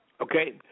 Okay